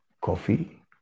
coffee